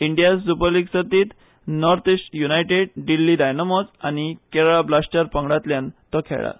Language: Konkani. इंडियन सुपरलीग सर्तींत North East United Delhi Dynamos आनी केरळा ब्लास्टर्स पंगडांतल्यान तो खेळळां